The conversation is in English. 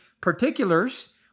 particulars